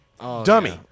Dummy